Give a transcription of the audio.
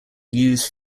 used